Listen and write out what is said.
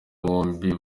bombi